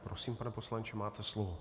Prosím, pane poslanče, máte slovo.